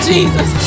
Jesus